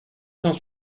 cent